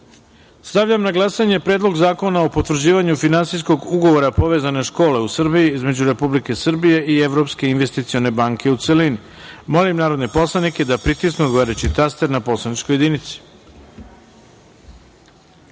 reda. Stavljam na glasanje Predlog zakona o potvrđivanju Finansijskog ugovora „Povezane škole u Srbiji“ između Republike Srbije i Evropske investicione banke, u celini. Molim narodne poslanike da pritisnu odgovarajući taster na poslaničkoj